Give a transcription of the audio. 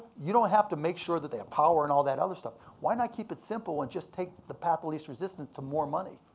you don't have to make sure that they have power and all that other stuff. why not keep it simple and just take the path of least resistance to more money?